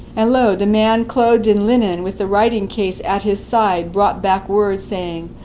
and lo, the man clothed in linen, with the writing case at his side, brought back word, saying,